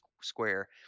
square